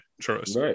Trust